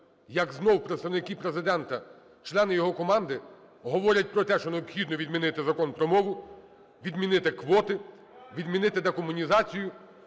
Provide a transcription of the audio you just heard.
як знову представники Президента, члени його команди, говорять про те, що необхідно відмінити Закон про мову, відмінити квоти, відмінити декомунізацію,